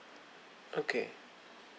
okay